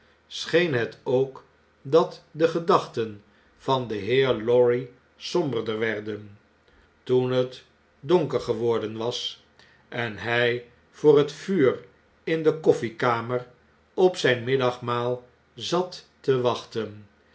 scheen het ook dat de gedachten van den heer lorry somberder werden toen het donker geworden was en hn voor het vuur in de koffiekamer op zgn middagmaal zatte wachten